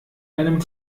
einem